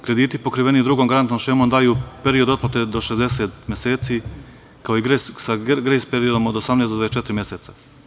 Krediti pokriveni drugom garantnom šemom daju period otplate do 60 meseci sa grejs periodom od 18-24 meseca.